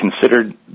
considered